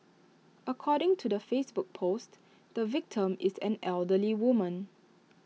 according to the Facebook post the victim is an elderly woman